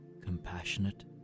compassionate